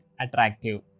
attractive